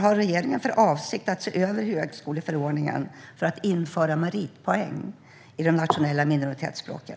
Har regeringen för avsikt att se över högskoleförordningen för att införa meritpoäng i de nationella minoritetsspråken?